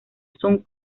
sun